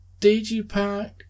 Digipack